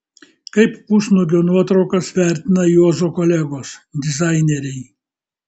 kaip pusnuogio nuotraukas vertina juozo kolegos dizaineriai